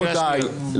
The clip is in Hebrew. מילה ביחס לייצוג נשים,